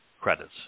credits